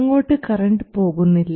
അങ്ങോട്ട് കറൻറ് പോകുന്നില്ല